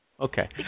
Okay